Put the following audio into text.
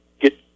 get